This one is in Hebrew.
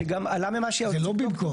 שגם עלה ממה --- זה לא במקום.